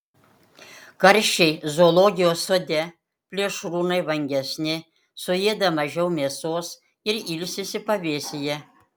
karščiai zoologijos sode plėšrūnai vangesni suėda mažiau mėsos ir ilsisi pavėsyje